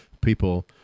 people